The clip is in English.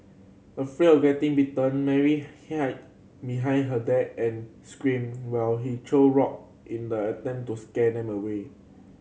afraid of getting bitten Mary hide behind her dad and screamed while he threw rock in the attempt to scare them away